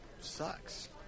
Sucks